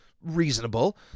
reasonable